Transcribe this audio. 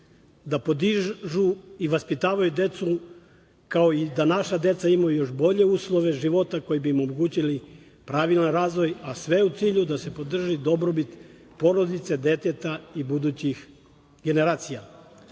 da podižu i vaspitavaju decu, kao i da naša deca imaju još bolje uslove života koji bi im omogućili pravilan razvoj, a sve u cilju da se podrži dobrobit porodice deteta i budućih generacija. Zato